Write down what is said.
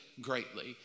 greatly